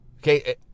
Okay